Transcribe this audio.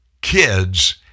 kids